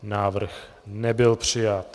Návrh nebyl přijat.